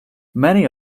many